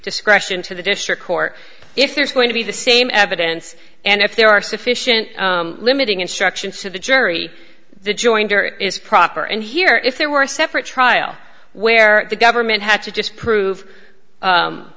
discretion to the district court if there's going to be the same evidence and if there are sufficient limiting instructions to the jury the joinder is proper and here if there were a separate trial where the government had to disprove